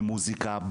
במוסיקה,